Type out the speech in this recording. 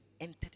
entered